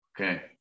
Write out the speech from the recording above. Okay